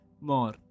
more